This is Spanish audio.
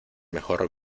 mejor